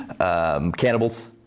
cannibals